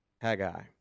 Haggai